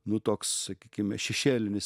nu toks sakykime šešėlinis